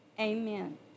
amen